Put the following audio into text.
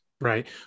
right